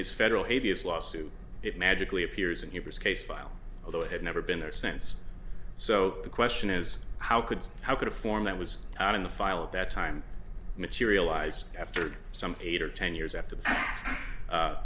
his federal havey as lawsuit it magically appears in your case file although it had never been there since so the question is how could how could a form that was out in the file at that time materialize after some theatre ten years after